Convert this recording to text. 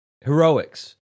heroics